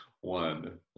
one